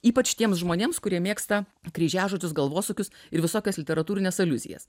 ypač tiems žmonėms kurie mėgsta kryžiažodžius galvosūkius ir visokias literatūrines aliuzijas